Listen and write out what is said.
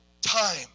time